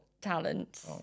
talent